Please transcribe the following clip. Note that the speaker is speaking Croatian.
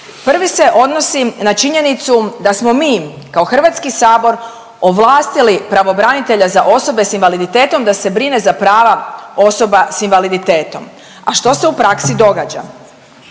Prvi se odnosi na činjenicu da smo mi kao Hrvatski sabor ovlastili pravobranitelja za osobe sa invaliditetom da se brine za prava osoba sa invaliditetom, a što se u praksi događa?